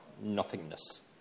nothingness